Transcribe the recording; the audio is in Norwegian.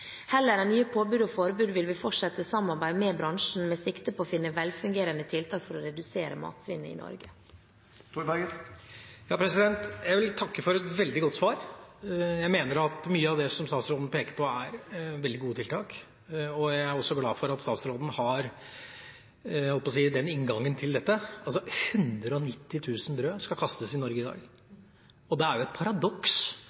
Heller enn nye påbud og forbud vil vi fortsette samarbeidet med bransjen, med sikte på å finne velfungerende tiltak for å redusere matsvinnet i Norge. Jeg vil takke for et veldig godt svar. Jeg mener at mye av det som statsråden peker på, er veldig gode tiltak, og jeg er også glad for at statsråden har den inngangen til dette. Altså: 190 000 brød skal kastes i Norge dag, og det er jo et paradoks